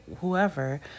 whoever